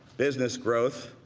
business growth,